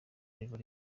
level